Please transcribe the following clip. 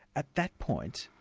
at that point,